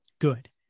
Good